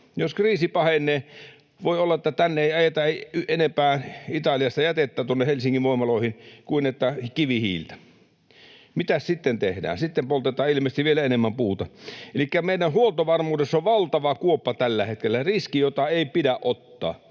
Jos kriisi pahenee, voi olla, että ei ajeta Helsingin voimaloihin sen enempää jätettä Italiasta kuin kivihiiltä. Mitäs sitten tehdään? Sitten poltetaan ilmeisesti vielä enemmän puuta. Elikkä meidän huoltovarmuudessa on valtava kuoppa tällä hetkellä — riski, jota ei pidä ottaa.